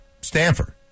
Stanford